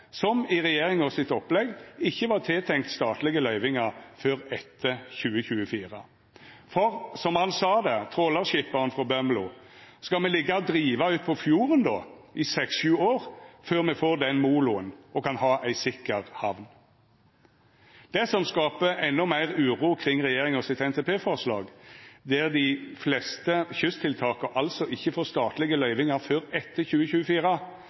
som i regjeringa sitt opplegg ikkje var tiltenkt statlege løyvingar før etter 2024. For som han sa det, trålarskipperen frå Bømlo: «Skal me liggja og driva utpå fjorden då, i seks–sju år, før me får den moloen og kan ha ei sikker hamn?» Det som skaper endå meir uro kring regjeringa sitt NTP-forslag, der dei fleste kysttiltaka altså ikkje får statlege løyvingar før etter 2024,